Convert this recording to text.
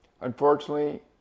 unfortunately